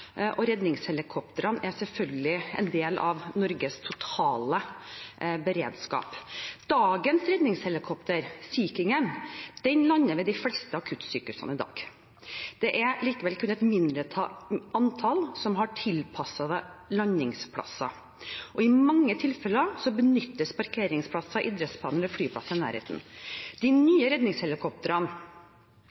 og redningshelikoptrene er selvfølgelig en del av Norges totale beredskap. Dagens redningshelikoptre, Sea King, lander ved de fleste akuttsykehusene i dag. Det er likevel kun et mindre antall som har tilpassede landingsplasser. I mange tilfeller benyttes parkeringsplasser, idrettsbaner og flyplasser i nærheten. De nye redningshelikoptrene,